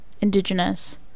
indigenous